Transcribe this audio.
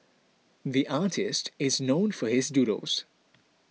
the artist is known for his doodles